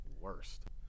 worst